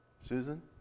Susan